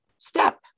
step